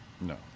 no